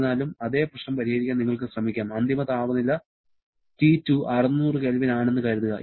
എന്നിരുന്നാലും അതേ പ്രശ്നം പരിഹരിക്കാൻ നിങ്ങൾക്ക് ശ്രമിക്കാം അന്തിമ താപനില T2 600 K ആണെന്ന് കരുതുക